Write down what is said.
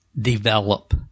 develop